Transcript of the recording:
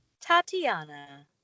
Tatiana